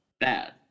bad